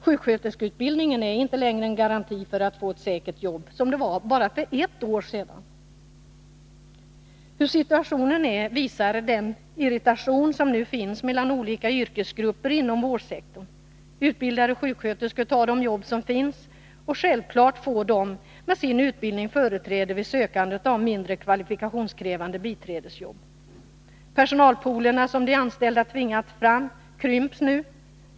Sjuksköterskeutbildningen är inte längre en garanti för att få ett säkert jobb, som det var för bara ett år sedan. Hurudan situationen är visar den irritation som nu finns mellan olika yrkesgrupper inom vårdsektorn. Utbildade sjuksköterskor tar de jobb som finns, och självklart får de med sin utbildning företräde vid sökandet av mindre kvalifikationskrävande biträdesjobb. Personalpoolerna som de anställda har tvingat fram krymps nu.